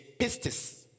pistis